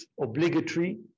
obligatory